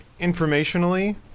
informationally